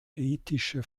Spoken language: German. ethische